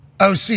OC